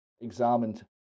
examined